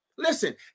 Listen